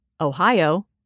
Ohio